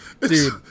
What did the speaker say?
Dude